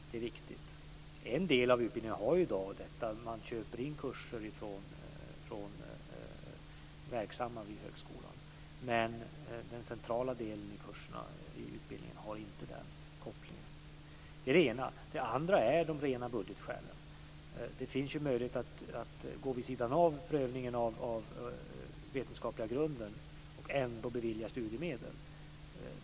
Det är viktigt. En del av utbildningarna har i dag detta. Man köper in kurser från verksamma vid högskolan. Men den centrala delen i utbildningen har inte denna koppling. Det är det ena. Det andra är de rena budgetskälen. Det finns en möjlighet att gå vid sidan om prövningen av den vetenskapliga grunden och ändå bevilja studiemedel.